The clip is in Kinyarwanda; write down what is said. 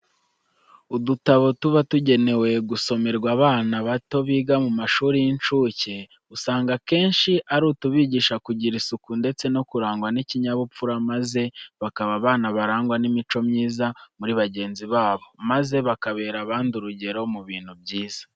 Udutabo tuba tugenewe gusomerwa abana bato biga mu mashuri y'incuke usanga akenshi ari utubigisha kugira isuku ndetse no kurangwa n'ikinyabupfura maze bakaba abana barangwa n'imico myiza muri bagenzi babo maze bakabera abandi urugero mu bintu byiza.